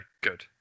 good